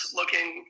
looking